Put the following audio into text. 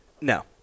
No